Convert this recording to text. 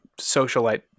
socialite